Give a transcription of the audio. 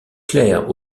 clerc